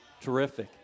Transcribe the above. terrific